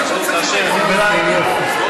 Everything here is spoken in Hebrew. מה אתם רוצים ממנו?